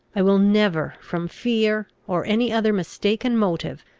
i will never from fear, or any other mistaken motive,